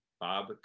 Bob